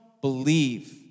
believe